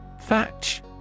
Thatch